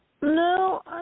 No